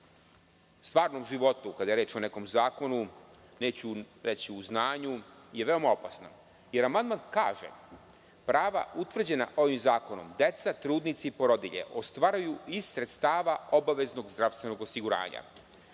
u stvarnom životu kada je reč o nekom zakonu, neću reći u znanju, je veoma opasna. Jer, amandman kaže – prava utvrđena ovim zakonom, deca, trudnice i porodilje ostvaruju iz sredstava obaveznog zdravstvenog osiguranja.